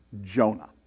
Jonah